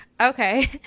okay